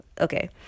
Okay